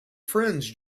friends